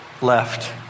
left